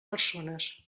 persones